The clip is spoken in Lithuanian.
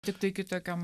tiktai kitokiom